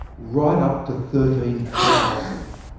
right up to thirteen thousand.